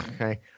okay